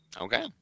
Okay